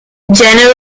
general